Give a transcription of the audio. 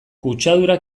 kutsadura